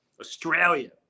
australia